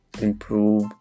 improve